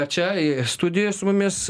čia studijoje su mumis